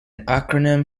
acronym